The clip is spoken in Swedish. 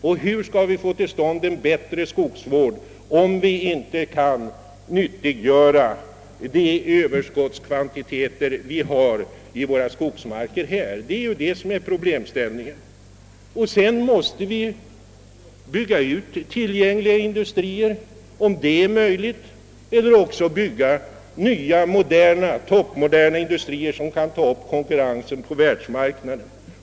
Och hur skall vi få en bättre skogsvård, om vi inte kan utnyttja de överskottskvantiteter som nu finns i våra skogsmarker? Det är detta som ytterst är problemet. Vi måste bygga ut befintliga industrier eller skapa nya toppmoderna industrier som kan ta upp konkurrensen på världsmarknaden.